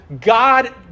God